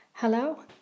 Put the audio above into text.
Hello